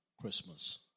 Christmas